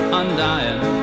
undying